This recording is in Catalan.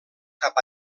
cap